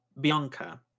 Bianca